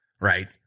right